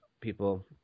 people